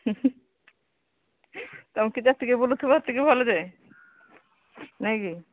ତମ କି ଯେତିକି ବୁଲୁଥିବ ସେତିକି ଭଲ ଯେ ନାଇଁକି